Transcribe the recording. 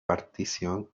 partición